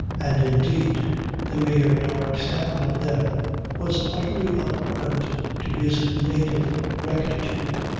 and indeed the mere dark sound of them was utterly abhorrent to his native rectitude,